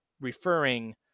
referring